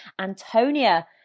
Antonia